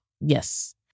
Yes